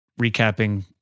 recapping